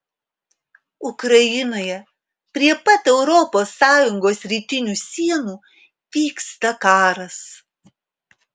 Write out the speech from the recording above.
ukrainoje prie pat europos sąjungos rytinių sienų vyksta karas